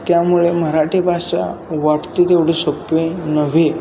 त्यामुळे मराठी भाषा वाटते तेवढी सोपी नव्हे